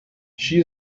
she